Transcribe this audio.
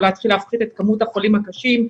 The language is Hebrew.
או להתחיל להפחית את כמות החולים הקשים,